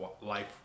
life